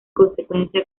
consecuencia